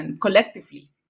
collectively